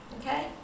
Okay